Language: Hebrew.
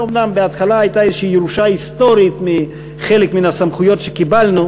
אומנם בהתחלה הייתה איזו ירושה היסטורית בחלק מהסמכויות שקיבלנו,